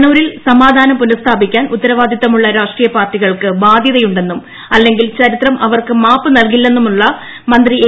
കണ്ണൂരിൽ സമാധാനം പുനസ്ഥാപിക്കാൻ ഉത്തരവാദിത്തമുള്ള രാഷ്ട്രീയ പാർട്ടികൾക്ക് ബാദ്ധ്യതയുണ്ടെന്നും അല്ലെങ്കിൽ ചരിത്രം അവർക്ക് മാപ്പു നൽകില്ലെന്നുമുള്ള മന്ത്രി എ